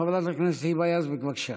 חברת הכנסת היבה יזבק, בבקשה,